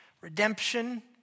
redemption